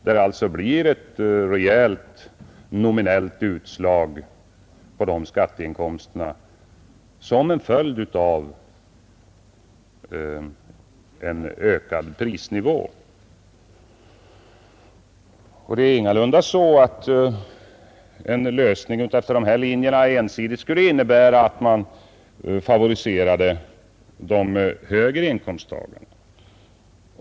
Det blir alltså ett rejält nominellt utslag på skatteinkomsterna som följd av en ökad prisnivå. En lösning enligt dessa linjer skulle ingalunda ensidigt innebära att man favoriserade de högre inkomsttagarna.